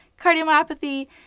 cardiomyopathy